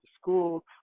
school